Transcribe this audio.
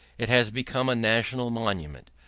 it has become a national monument.